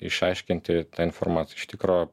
išaiškinti tą informaciją iš tikro